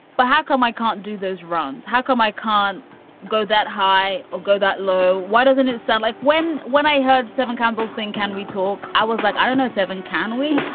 but how come i can't do those runs? how come i can't go that high or go that low? why doesn't it sound like when when i heard devon campbell sing, can we talk? i was like, i don't know, seven canwe